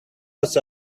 was